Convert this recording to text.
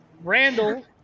Randall